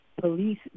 police